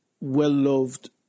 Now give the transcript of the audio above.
well-loved